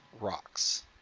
rocks